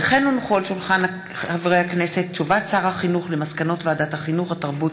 הודעת שר החינוך על מסקנות ועדת החינוך, התרבות